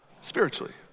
spiritually